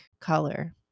color